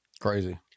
Crazy